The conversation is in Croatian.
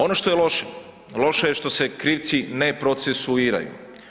Ono što je loše, loše je što se krivci ne procesuiraju.